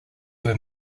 were